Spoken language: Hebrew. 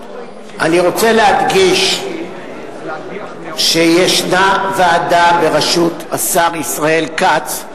אני רוצה להדגיש שיש ועדה בראשות השר ישראל כץ,